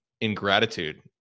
ingratitude